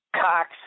Cox